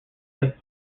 lake